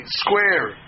square